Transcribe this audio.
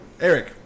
Eric